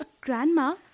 Grandma